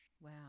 Wow